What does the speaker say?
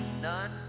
none